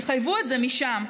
שיחייבו את זה משם.